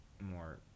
more